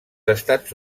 estats